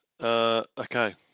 Okay